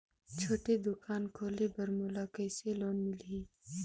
छोटे दुकान खोले बर मोला कइसे लोन मिलही?